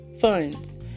funds